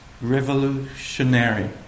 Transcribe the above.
revolutionary